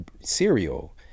cereal